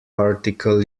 article